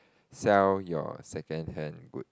sell your secondhand goods